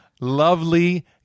lovely